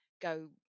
go